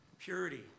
purity